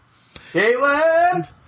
Caitlin